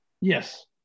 Yes